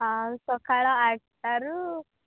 ହଉ ସକାଳ ଆଠଟାରୁ